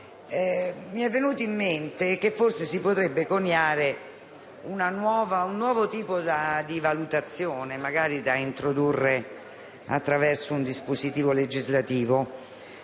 mi è venuto in mente che forse si potrebbe coniare un nuovo tipo di valutazione, magari da introdurre attraverso un dispositivo legislativo.